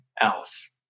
else